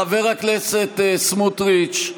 חבר הכנסת סמוטריץ',